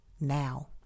now